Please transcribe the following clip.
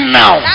now